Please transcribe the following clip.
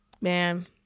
Man